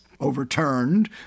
overturned